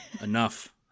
Enough